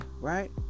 right